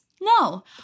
no